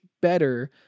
better